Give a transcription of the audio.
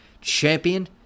champion